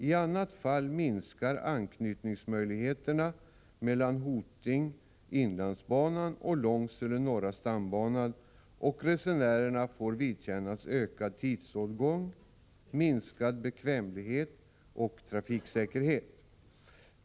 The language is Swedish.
I annat fall minskar anknytningsmöjligheterna mellan Hoting norra stambanan och resenärerna får vidkännas ökad tidsåtgång, minskad bekvämlighet och trafiksäkerhet.